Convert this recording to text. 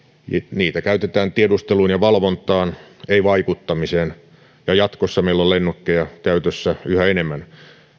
niitä käytetään tiedusteluun ja valvontaan ei vaikuttamiseen jatkossa meillä on lennokkeja käytössä yhä enemmän